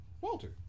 Walter